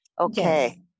Okay